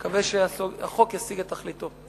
אני מקווה שהחוק ישיג את תכליתו.